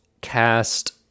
cast